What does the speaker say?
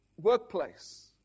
workplace